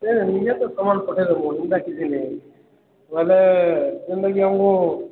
ଇଏ ତ ସମାନ ଏନ୍ତା କିଛି ନାଇଁ ବୋଲେ ଯେନ୍ତାକି ଆମକୁ